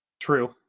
True